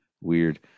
Weird